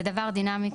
זה דבר דינמי,